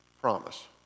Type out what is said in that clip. promise